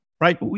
right